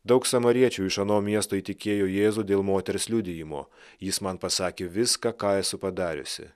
daug samariečių iš ano miesto įtikėjo jėzų dėl moters liudijimo jis man pasakė viską ką esu padariusi